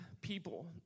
people